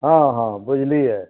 हँ हँ बुझलिए